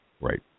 Right